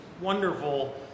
wonderful